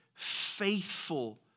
faithful